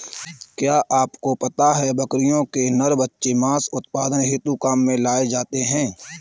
क्या आपको पता है बकरियों के नर बच्चे मांस उत्पादन हेतु काम में लाए जाते है?